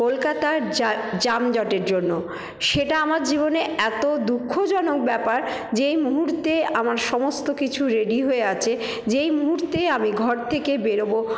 কলকাতার যানজটের জন্য সেটা আমার জীবনে এতো দুঃখজনক ব্যাপার যে এই মুহূর্তে আমার সমস্ত কিছু রেডি হয়ে আছে যেই মুহুর্তে আমি ঘর থেকে বেরবো